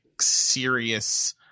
serious